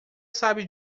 sabe